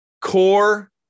core